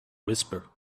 whisper